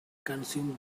consume